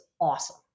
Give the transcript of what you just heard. awesome